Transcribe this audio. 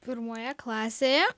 pirmoje klasėje